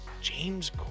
James